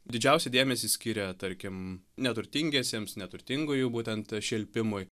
didžiausią dėmesį skiria tarkim neturtingiesiems neturtingųjų būtent šelpimui